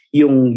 yung